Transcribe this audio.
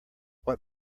what